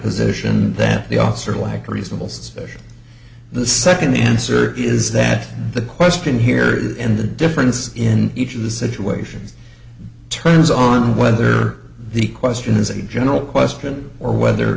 position that the officer lacked reasonable suspicion the second answer is that the question here in the difference in each of the situations turns on whether the question is a general question or whether